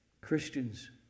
Christians